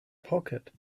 pocket